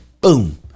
Boom